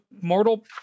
mortal